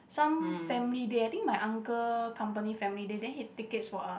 some family day I think my uncle company family day then he tickets for us